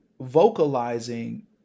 vocalizing